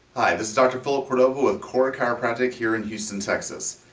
this is dr. philip cordova with core chiropractic here in houston, texas.